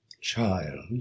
Child